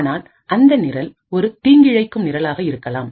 ஆனால் அந்த நிரல் ஒரு தீங்கிழைக்கும் நிரலாக இருக்கலாம்